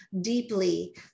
deeply